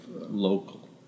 local